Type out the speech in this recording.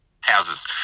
houses